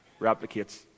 replicates